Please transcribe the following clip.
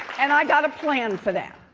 and i got a plan for that.